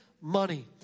money